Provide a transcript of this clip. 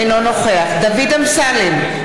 אינו נוכח דוד אמסלם,